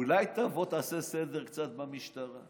אולי תבוא תעשה סדר קצת במשטרה.